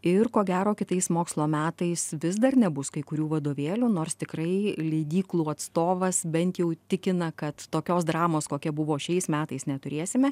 ir ko gero kitais mokslo metais vis dar nebus kai kurių vadovėlių nors tikrai leidyklų atstovas bent jau tikina kad tokios dramos kokia buvo šiais metais neturėsime